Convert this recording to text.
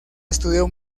estudió